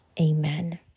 amen